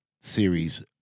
series